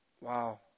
Wow